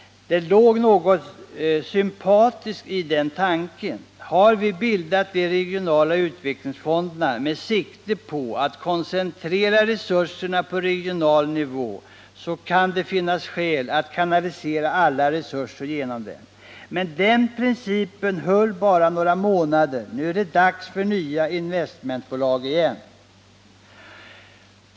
Det ligger något sympatiskt i den tanken. Har vi bildat de regionala utvecklingsfonderna med sikte på att koncentrera resurserna på regional nivå, kan det finnas skäl att kanalisera alla resurser genom dem. Men den principen höll bara några månader; nu är det dags för nya investmentbolag igen.